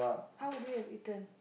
how would you have eaten